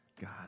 God